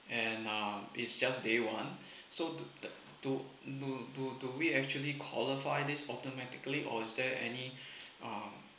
and um it's just day one so do do do we actually qualify this automatically or is there any um